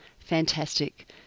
Fantastic